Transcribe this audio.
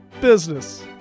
business